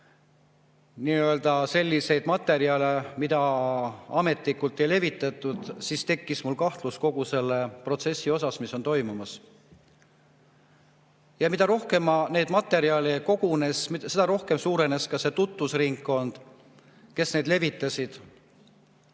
uurima selliseid materjale, mida ametlikult ei levitatud, tekkis mul kahtlus kogu selle protsessi suhtes, mis toimus. Mida rohkem neid materjale kogunes, seda rohkem suurenes ka see tutvusringkond, kes neid levitas.